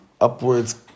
upwards